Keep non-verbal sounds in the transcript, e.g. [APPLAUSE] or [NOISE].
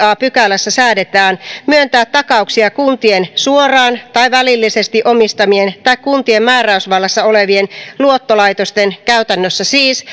a pykälässä säädetään myöntää takauksia kuntien suoraan tai välillisesti omistamien tai kuntien määräysvallassa olevien luottolaitosten käytännössä siis [UNINTELLIGIBLE]